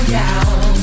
down